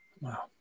wow